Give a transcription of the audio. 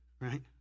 right